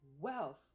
wealth